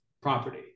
property